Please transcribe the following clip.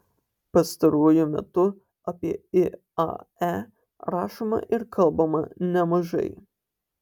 pastaruoju metu apie iae rašoma ir kalbama nemažai